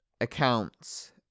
accounts